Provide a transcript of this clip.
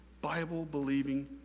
Bible-believing